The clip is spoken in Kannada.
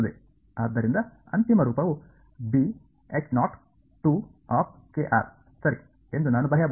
ಆದ್ದರಿಂದ ಅಂತಿಮ ರೂಪವು ಸರಿ ಎಂದು ನಾನು ಬರೆಯಬಹುದು